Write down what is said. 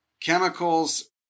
chemicals